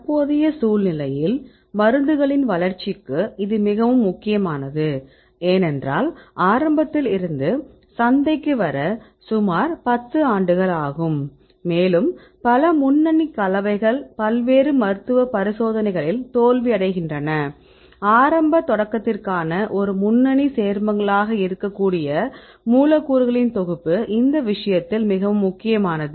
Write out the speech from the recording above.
தற்போதைய சூழ்நிலையில் மருந்துகளின் வளர்ச்சிக்கு இது மிகவும் முக்கியமானது ஏனென்றால் ஆரம்பத்தில் இருந்து சந்தைக்கு வர சுமார் 10 ஆண்டுகள் ஆகும் மேலும் பல முன்னணி கலவைகள் பல்வேறு மருத்துவ பரிசோதனைகளில் தோல்வியடைகின்றன ஆரம்ப தொடக்கத்திற்கான ஒரு முன்னணி சேர்மங்களாக இருக்கக்கூடிய மூலக்கூறுகளின் தொகுப்பு இந்த விஷயத்தில் மிகவும் முக்கியமானது